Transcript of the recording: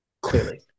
clearly